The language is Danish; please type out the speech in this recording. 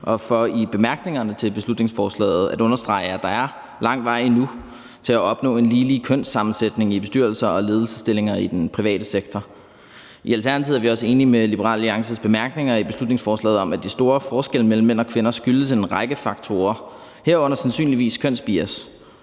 og for i bemærkningerne til beslutningsforslaget at understrege, at der er lang vej endnu til at opnå en ligelig kønssammensætning i bestyrelser og ledelser i den private sektor. I Alternativet er vi også enige i Liberal Alliances bemærkninger i beslutningsforslaget om, at de store forskelle i forhold til mænd og kvinder skyldes en række faktorer, herunder sandsynligvis kønsbias.